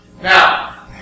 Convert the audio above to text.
Now